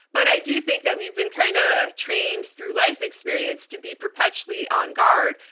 but i do think that we've been kind of trained through life experience to be perpetually on guard,